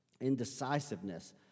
indecisiveness